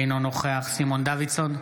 אינו נוכח סימון דוידסון,